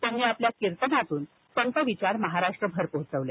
त्यांनी आपल्या कीर्तनातून संतविचार महाराष्ट्रभरात पोचवले